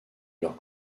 leurs